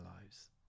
lives